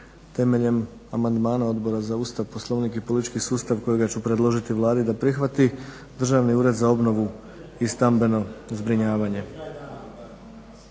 temeljem amandmana Odbora za Ustav, Poslovnik i politički sustav kojega ću predložiti Vladi da prihvati, Državni ured za obnovu i stambeno zbrinjavanje.